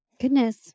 goodness